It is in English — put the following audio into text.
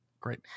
Great